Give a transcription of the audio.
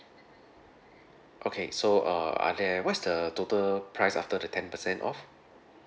okay so uh are there what is the total price after the ten percent off